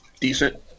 decent